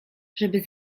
żeby